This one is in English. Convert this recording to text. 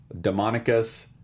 Demonicus